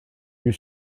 you